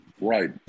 right